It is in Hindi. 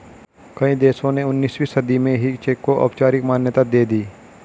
कई देशों ने उन्नीसवीं सदी में ही चेक को औपचारिक मान्यता दे दी